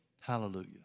Hallelujah